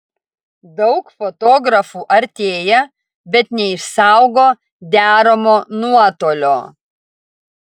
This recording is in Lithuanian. daug fotografų artėja bet neišsaugo deramo nuotolio